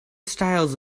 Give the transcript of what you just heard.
styles